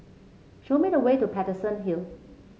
show me the way to Paterson Hill